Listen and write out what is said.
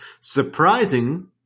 surprising